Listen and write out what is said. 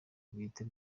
bwite